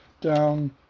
down